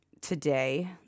today